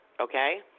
Okay